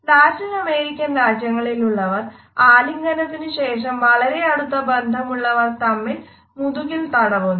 Latin American രാജ്യങ്ങളിലുള്ളവർ ആലിംഗനത്തിനുശേഷം വളരെ അടുത്ത ബന്ധമുള്ളവർ തമ്മിൽ മുതുകിൽ തടവുന്നു